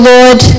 Lord